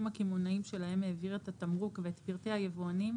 הקמעונאיים שלהם העביר את התמרוק ואת פרטי היבואנים,